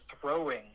throwing